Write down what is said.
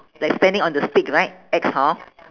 like standing on the stick right X hor